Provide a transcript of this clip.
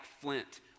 flint